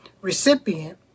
recipient